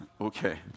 Okay